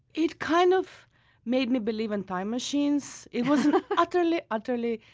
it kind of made me believe in time machines. it was an utterly, utterly,